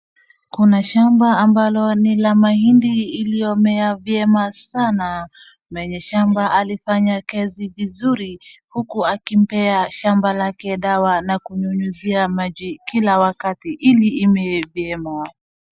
Kuna shamba ambalo ni la mahindi ilio mea vyema sana. Mwenye shamba alifanya kazi vizuri huku akimpea shamba lake dawa na kunyunyuzia maji kila wakati ili imee vyema.